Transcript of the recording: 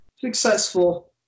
successful